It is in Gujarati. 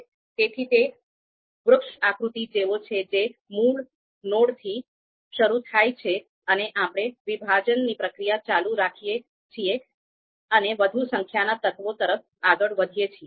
તેથી તે વૃક્ષ આકૃતિ જેવું છે જે મૂળ નોડથી શરૂ થાય છે અને આપણે વિભાજન ની પ્રક્રિયા ચાલુ રાખીએ છીએ અને વધુ સંખ્યાના તત્વો તરફ આગળ વધીએ છીએ